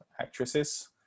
actresses